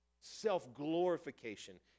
Self-glorification